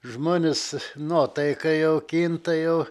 žmonės nuotaika jau kinta jau